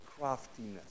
craftiness